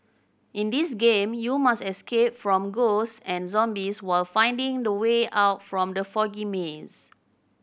in this game you must escape from ghost and zombies while finding the way out from the foggy maze